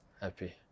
happy